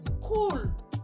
cool